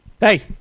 Hey